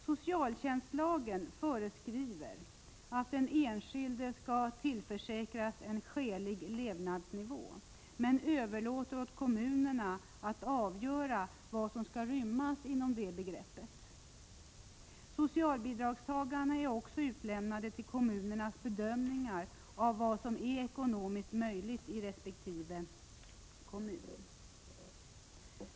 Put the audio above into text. Socialtjänstlagen föreskriver att den enskilde skall tillförsäkras en skälig levnadsnivå men överlåter åt kommunerna att avgöra vad som skall rymmas inom det begreppet. Socialbidragstagarna är också utlämnade till kommunernas bedömningar av vad som är ekonomiskt möjligt i respektive kommun.